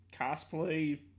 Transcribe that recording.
cosplay